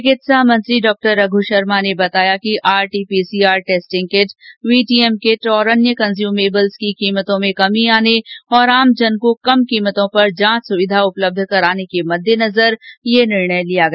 चिकित्सा मंत्री डॉक्टर रघ शर्मा ने बताया कि RT PCR testing kit VTM kit तथा अन्य कंज्यूमेबल्स की कीमतों में कमी आने और आमजन को कम कीमतों पर जांच सुविधा उपलब्ध कराने के मद्देनजर ये निर्णय लिया गया